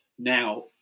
Now